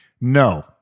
No